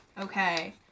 Okay